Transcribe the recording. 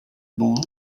ball